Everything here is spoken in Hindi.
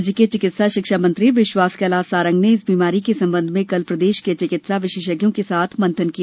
राज्य के चिकित्सा शिक्षा मंत्री विश्वास कैलाश सारंग ने इस बीमारी के संबंध में कल प्रदेश के चिकित्सा विशेषज्ञों के साथ मंथन किया